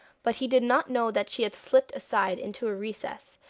but he did not know that she had slipped aside into a recess,